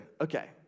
okay